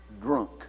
drunk